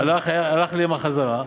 הלך לאימא חזרה,